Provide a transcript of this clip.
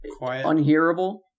unhearable